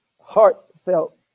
heartfelt